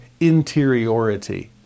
interiority